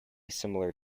similar